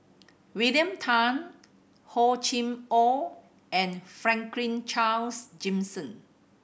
William Tan Hor Chim Or and Franklin Charles Gimson